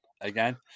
again